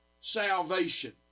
salvation